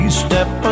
step